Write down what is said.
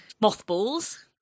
Mothballs